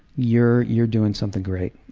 you're you're doing something great.